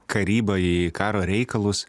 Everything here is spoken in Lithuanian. karybą į karo reikalus